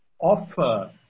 Offer